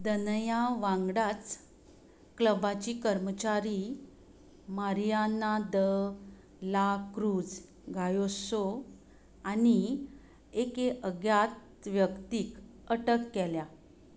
धनया वांगडाच क्लबाची कर्मचारी Mariana de la Cruz Gayoso आनी एके अग्या व्यक्तीक अटक केल्या